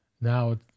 now